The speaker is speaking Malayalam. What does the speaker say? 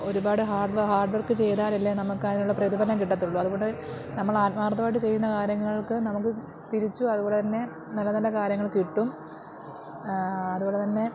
ഒരുപാട് ഹാഡ്വർക്ക് ചെയ്താൽ അല്ലേ നമുക്ക് അതിനുള്ള പ്രതിഫലം കിട്ടത്തുള്ളൂ അതുകൊണ്ട് നമ്മൾ ആത്മാർത്ഥമായിട്ട് ചെയ്യുന്ന കാര്യങ്ങൾക്ക് നമുക്ക് തിരിച്ചും അതുപോലെത്തന്നെ നല്ലനല്ല കാര്യങ്ങൾ കിട്ടും അതുപോലെത്തന്നെ